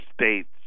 states